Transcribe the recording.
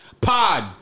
Pod